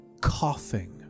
coughing